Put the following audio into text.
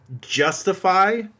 justify